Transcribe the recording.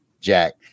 Jack